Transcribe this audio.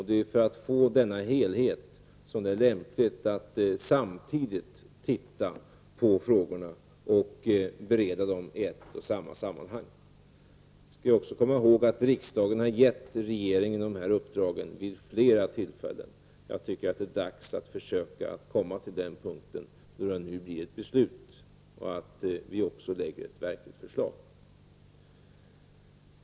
Det är för att åstadkomma denna helhet som det är lämpligt att se över frågorna och bereda dem i ett sammanhang. Vi bör också komma ihåg att riksdagen har givit regeringen dessa uppdrag vid ett flertal tillfällen. Det är dags att försöka komma fram till ett beslut som grundar sig på ett verkligt förslag.